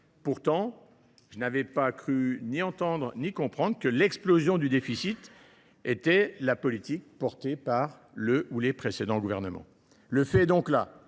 Pourtant, je n’avais pas cru entendre ni comprendre que l’explosion du déficit était au cœur de la politique économique portée par le ou les précédents gouvernements. Le fait est donc là